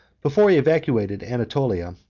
before he evacuated anatolia,